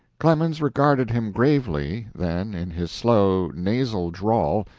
clemens regarded him gravely, then, in his slow, nasal drawl,